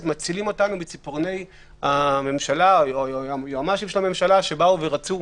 מצילים אותנו מציפורני הממשלה או היועמ"שים של הממשלה שרצו